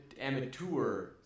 amateur